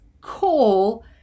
call